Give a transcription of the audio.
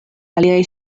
aliaj